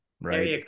right